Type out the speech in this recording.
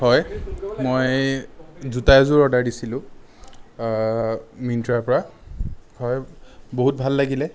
হয় মই জোতা এযোৰ অৰ্ডাৰ দিছিলোঁ মিণ্ট্ৰাৰ পৰা হয় বহুত ভাল লাগিল